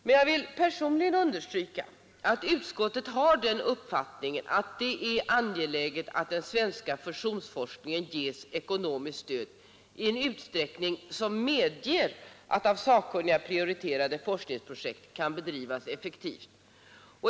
Men jag vill personligen understryka att utskottet har den uppfattningen att det är angeläget att den svenska fusionsforskningen får ekonomiskt stöd i en utsträckning som medger att av sakkunniga prioriterade forskningsprojekt kan bedrivas effektivt.